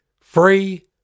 free